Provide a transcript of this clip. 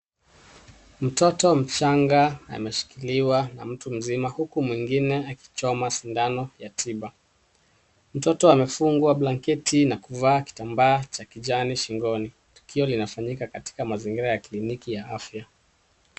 Mtoto mchanga ameshikiliwa na mtu mzima huku mwingine akichoma sindano ya tiba. Mtoto amefungwa blanketi na kuvaa kitambaa cha kijani shingoni. Tukio linafanyika katika mazingira ya kliniki ya afya.